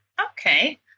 Okay